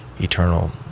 eternal